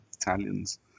Italians